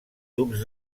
tubs